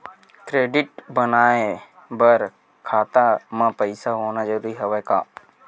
Credit बनवाय बर खाता म पईसा होना जरूरी हवय का?